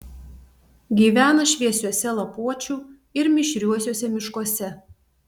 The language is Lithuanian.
gyvena šviesiuose lapuočių ir mišriuosiuose miškuose